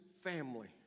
family